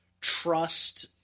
trust –